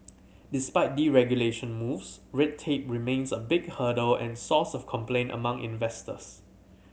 despite deregulation moves red tape remains a big hurdle and source of complaint among investors